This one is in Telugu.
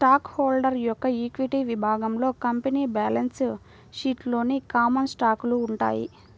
స్టాక్ హోల్డర్ యొక్క ఈక్విటీ విభాగంలో కంపెనీ బ్యాలెన్స్ షీట్లోని కామన్ స్టాకులు ఉంటాయి